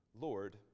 Lord